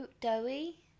doughy